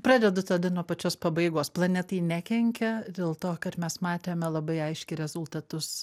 pradedu tada nuo pačios pabaigos planetai nekenkia dėl to kad mes matėme labai aiškiai rezultatus